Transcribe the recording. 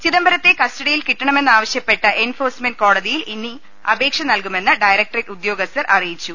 ചിദംബരത്തെ കസ്റ്റഡിയിൽ കിട്ടണമെന്നാവശ്യപ്പെട്ട് എൻഫോഴ്സ്മെന്റ് കോടതിയിൽ ഇനി അപേക്ഷ നൽകുമെന്ന് ഡയറക്ടറേറ്റ് ഉദ്യോഗസ്ഥർ അറിയിച്ചു